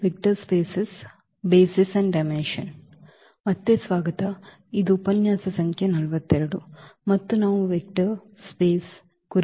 ಮತ್ತೆ ಸ್ವಾಗತ ಮತ್ತು ಇದು ಉಪನ್ಯಾಸ ಸಂಖ್ಯೆ 42 ಮತ್ತು ನಾವು ಮತ್ತೆ ವೆಕ್ಟರ್ ಸ್ಪೇಸ್ ಕುರಿತು ನಮ್ಮ ಚರ್ಚೆಯನ್ನು ಮುಂದುವರಿಸುತ್ತೇವೆ